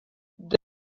this